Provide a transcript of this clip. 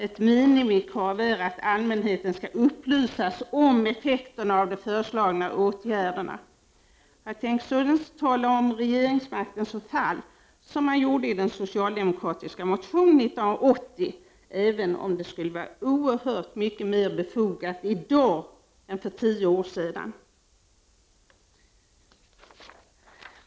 Ett minimikrav är att allmänheten skall upplysas om effekterna av de föreslagna åtgärderna. Jag tänker således inte tala om regeringsmaktens förfall, som man gjorde i den socialdemokratiska motionen 1980, även om det skulle vara oerhört mer befogat i dag än för tio år sedan.